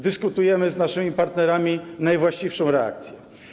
Dyskutujemy z naszymi partnerami najwłaściwszą reakcję.